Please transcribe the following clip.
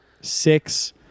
Six